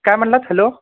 काय म्हणालात हॅलो